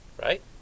right